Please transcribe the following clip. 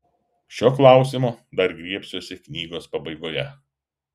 šio klausimo dar griebsiuosi knygos pabaigoje